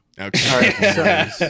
Okay